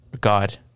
God